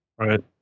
right